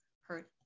hurt